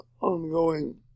ongoing